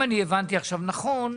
אם אני הבנתי עכשיו נכון,